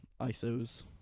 ISOs